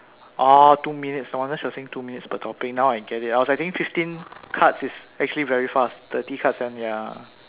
orh two minutes no wonder she was saying two minutes per topic now I get it I was like thinking fifteen cards is actually very fast thirty cards then ya